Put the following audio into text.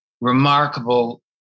remarkable